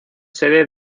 sede